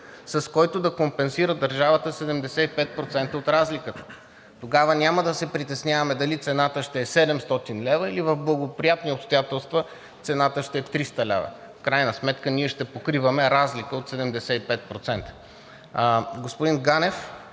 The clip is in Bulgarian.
държавата да компенсира 75% от разликата. Тогава няма да се притесняваме дали цената ще е 700 лв., или в благоприятни обстоятелства цената ще е 300 лв. В крайна сметка ние ще покриваме разлика от 75%. Господин Ганев,